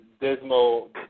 dismal